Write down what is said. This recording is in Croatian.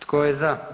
Tko je za?